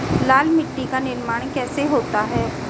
लाल मिट्टी का निर्माण कैसे होता है?